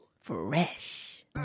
Fresh